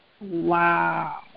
Wow